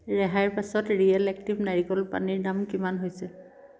ৰেহাইৰ পাছত ৰিয়েল এক্টিভ নাৰিকল পানীৰ দাম কিমান হৈছে